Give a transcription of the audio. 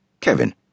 Kevin